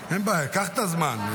קח את הזמן.